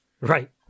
right